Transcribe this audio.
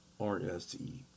RSE